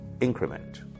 Increment